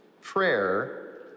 prayer